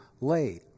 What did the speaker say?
late